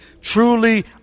truly